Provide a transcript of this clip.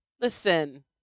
Listen